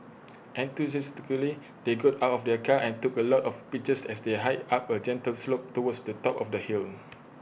enthusiastically they got out of their car and took A lot of pictures as they hiked up A gentle slope towards the top of the hill